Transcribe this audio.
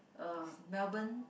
uh Melbourne